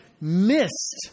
missed